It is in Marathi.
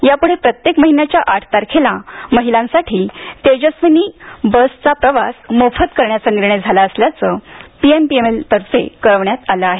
यापुढे प्रत्येक महिन्याच्या आठ तारखेला महिलांसाठी तेजस्विनी बस चा प्रवास मोफत करण्याचा निर्णय झाला असल्याचं पीएमपीएल तर्फे कळवण्यात आलं आहे